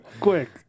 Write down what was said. Quick